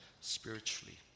spiritually